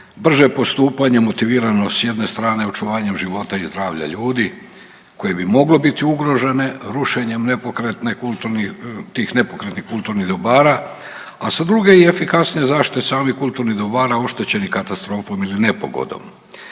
brže postupanje motivirano s jedne strane očuvanjem života i zdravlja ljudi koje bi moglo biti ugrožene rušenjem nepokretne kulturnih, tih nepokretnih kulturnih dobara, a sa druge i efikasnije zaštite samih kulturnih dobara oštećenih katastrofom ili nepogodom.